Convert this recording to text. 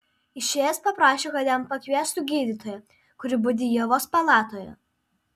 išėjęs paprašė kad jam pakviestų gydytoją kuri budi ievos palatoje